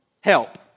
help